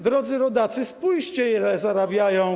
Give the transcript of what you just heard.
Drodzy rodacy, spójrzcie, ile zarabiają.